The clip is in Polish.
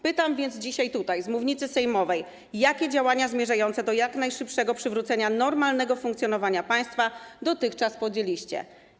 Pytam więc dzisiaj tutaj, z mównicy sejmowej: Jakie działania zmierzające do jak najszybszego przywrócenia normalnego funkcjonowania państwa dotychczas podjęliście?